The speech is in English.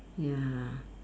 ya